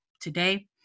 today